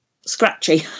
scratchy